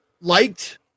liked